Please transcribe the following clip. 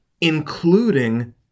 including